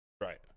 Right